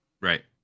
right